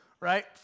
Right